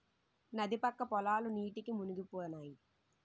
నది పక్క పొలాలు నీటికి మునిగిపోనాయి